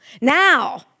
Now